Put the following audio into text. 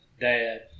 Dad